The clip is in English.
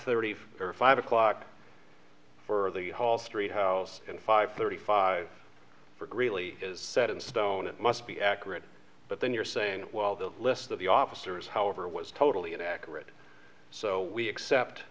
thirty five or five o'clock for the whole street house five thirty five really is set in stone it must be accurate but then you're saying well the list of the officers however was totally inaccurate so we accept